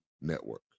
Network